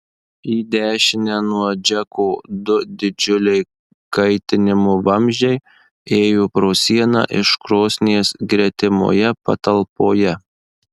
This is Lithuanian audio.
į dešinę nuo džeko du didžiuliai kaitinimo vamzdžiai ėjo pro sieną iš krosnies gretimoje patalpoje